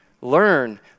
Learn